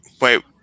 Wait